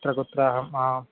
कुत्र कुत्र अहम् आं